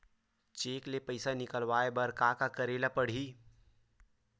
Cheque ले पईसा निकलवाय बर का का करे ल पड़हि?